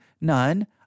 none